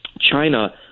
China